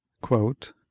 quote